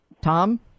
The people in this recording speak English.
Tom